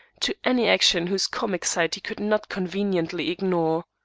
to any action whose comic side he could not conveniently ignore.